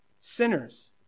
Sinners